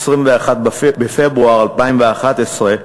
21 בפברואר 2011,